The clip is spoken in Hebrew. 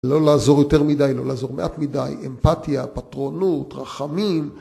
לא לעזור יותר מדי, לא לעזור מעט מדי, אמפתיה, פטרונות, רחמים